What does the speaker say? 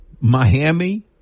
Miami